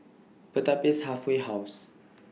Pertapis Halfway House